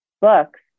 books